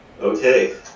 Okay